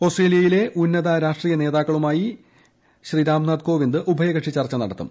ഓസ്ട്രേലിയയിലെ ഉന്നത രാഷ്ട്രീയ നേതാക്കളുമായി രാംനാഥ് കോവിന്ദ് ഉഭയകക്ഷി ചർച്ച നടത്തും